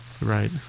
Right